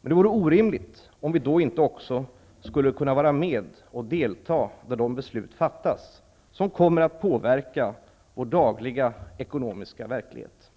Det vore orimligt om vi då inte också skulle kunna vara med och delta där de beslut fattas som kommer att påverka vår dagliga ekonomiska verklighet.